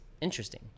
interesting